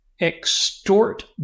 extort